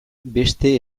beste